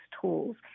tools